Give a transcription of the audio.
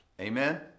amen